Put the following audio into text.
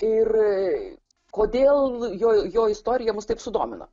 ir kodėl jo jo istorija mus taip sudomino